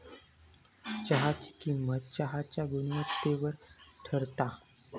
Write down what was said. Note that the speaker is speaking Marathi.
चहाची किंमत चहाच्या गुणवत्तेवर ठरता